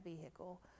vehicle